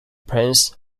prince